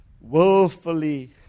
willfully